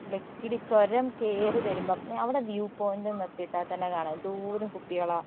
ലക്കിടി ചുരം കയറി വരുമ്പം അവിടെ വ്യൂ പോയന്റിൽ നിർത്തിയിട്ടാൽ തന്നെ കാണാം എന്തോരം കുപ്പികളാണ്